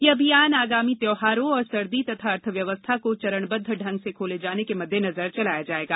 यह अभियान आगामी त्योहारों और सर्दी तथा अर्थव्यवस्था को चरणबद्व ढंग से खोले जाने के मद्देनज़र चलाया जाएगा